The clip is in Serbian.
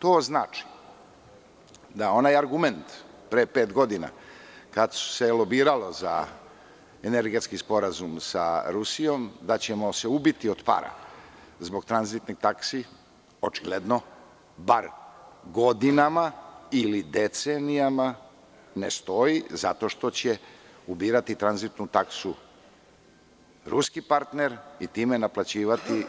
To znači da onaj argument pre pet godina kada se lobiralo za energetski sporazum sa Rusijom, da ćemo se ubiti od para zbog tranzitnih taksi, očigledno, bar godinama ili decenijama ne stoji zato što će tranzitnu taksu ubirati ruski partner i time